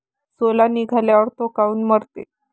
सोला निघाल्यावर थो काऊन मरते?